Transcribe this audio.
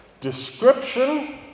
Description